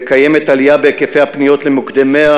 ויש עלייה בהיקף הפניות למוקדי 100,